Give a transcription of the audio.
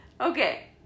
Okay